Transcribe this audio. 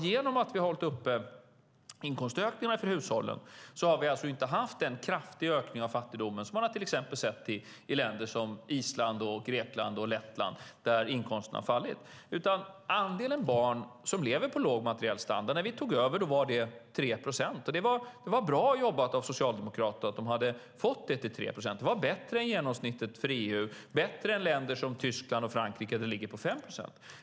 Genom att vi har hållit uppe inkomstökningarna för hushållen har vi inte haft den kraftiga ökning av fattigdomen som man till exempel har sett i länder som Island, Grekland och Lettland, där inkomsterna har fallit. Andelen barn som lever med låg materiell standard var 3 procent när vi tog över. Det var bra jobbat av Socialdemokraterna att de hade fått det till 3 procent. Det var bättre än genomsnittet för EU. Det var bättre än länder som Tyskland och Frankrike, där det ligger på 5 procent.